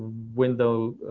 window,